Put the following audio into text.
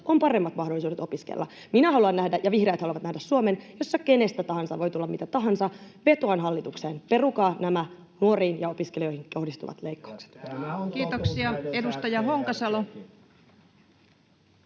on paremmat mahdollisuudet opiskella. Minä haluan nähdä ja vihreät haluavat nähdä Suomen, jossa kenestä tahansa voi tulla mitä tahansa. Vetoan hallitukseen: perukaa nämä nuoriin ja opiskelijoihin kohdistuvat leikkaukset. [Ben Zyskowicz: